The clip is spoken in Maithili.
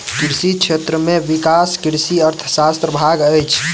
कृषि क्षेत्र में विकास कृषि अर्थशास्त्रक भाग अछि